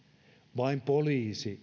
vain poliisi